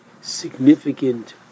significant